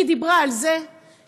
היא דיברה על זה שהמחוקק